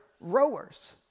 rowers